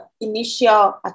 initial